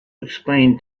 explain